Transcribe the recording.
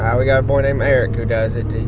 um we've got a boy named eric who does it